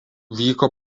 vyko